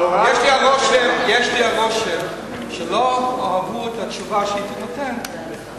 יש לי הרושם שלא יאהבו את התשובה שהייתי נותן,